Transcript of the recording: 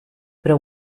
però